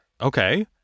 Okay